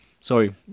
Sorry